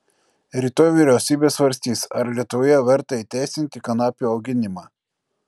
rytoj vyriausybė svarstys ar lietuvoje verta įteisinti kanapių auginimą